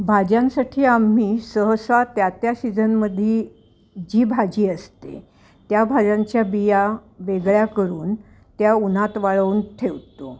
भाज्यांसाठी आम्ही सहसा त्या त्या सीजनमध्ये जी भाजी असते त्या भाज्यांच्या बिया वेगळ्या करून त्या उन्हात वाळवून ठेवतो